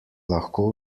lahko